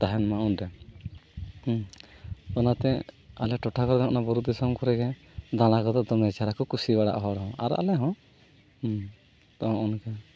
ᱛᱟᱦᱮᱱ ᱢᱟ ᱚᱸᱰᱮ ᱦᱮᱸ ᱚᱱᱟᱛᱮ ᱟᱞᱮ ᱴᱚᱴᱷᱟ ᱨᱮᱫᱚ ᱚᱱᱟ ᱵᱩᱨᱩᱫᱤᱥᱚᱢ ᱠᱚᱨᱮᱜᱮ ᱫᱟᱬᱟ ᱠᱚᱫᱚ ᱫᱚᱢᱮ ᱪᱮᱦᱨᱟ ᱠᱚ ᱠᱩᱥᱤ ᱵᱟᱲᱟᱣᱟ ᱦᱚᱲ ᱦᱚᱸ ᱟᱨ ᱟᱞᱮ ᱦᱚᱸ ᱦᱮᱸ ᱛᱚ ᱱᱚᱜᱼᱚ ᱱᱚᱝᱠᱟ